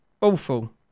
Awful